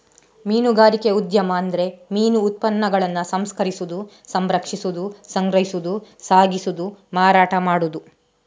ಮೀನುಗಾರಿಕೆ ಉದ್ಯಮ ಅಂದ್ರೆ ಮೀನು ಉತ್ಪನ್ನಗಳನ್ನ ಸಂಸ್ಕರಿಸುದು, ಸಂರಕ್ಷಿಸುದು, ಸಂಗ್ರಹಿಸುದು, ಸಾಗಿಸುದು, ಮಾರಾಟ ಮಾಡುದು